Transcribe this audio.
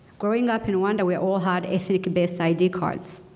growing up in rowanda we all had ethnic based id cards.